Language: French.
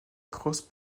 cross